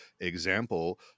example